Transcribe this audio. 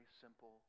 simple